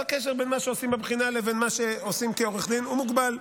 הקשר בין מה שעושים בבחינה לבין מה שעושים כעורכי דין הוא מוגבל.